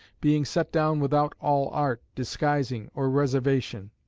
being set down without all art, disguising, or reservation.